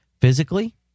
Physically